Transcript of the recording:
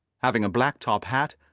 having a black top-hat,